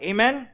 Amen